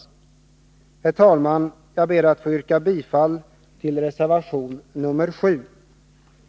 Herr talman! Jag ber att få yrka bifall till reservation nr 7.